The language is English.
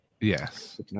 Yes